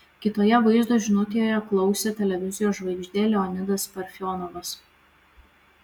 kitoje vaizdo žinutėje klausė televizijos žvaigždė leonidas parfionovas